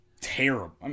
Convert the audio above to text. terrible